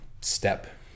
step